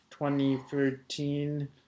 2013